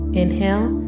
inhale